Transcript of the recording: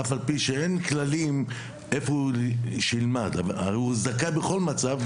אף על פי שאין כללים לגבי איפה הוא צריך ללמוד: הוא זכאי בכל מצב,